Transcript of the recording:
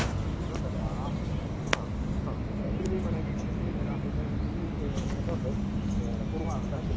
ആ ഇതുണ്ടല്ലോ ആ ആ കിളിമീന് വേണമെങ്കില് കിളിമീൻ തരാം പിന്നെ നെയ്മീന് ഇതുണ്ട് കുറവയുണ്ട്